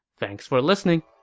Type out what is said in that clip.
thanks for listening!